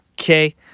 Okay